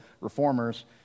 reformers